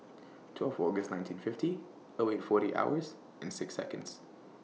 twelve August nineteen fifty O eight forty hours and six Seconds